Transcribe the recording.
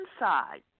inside